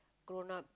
grown up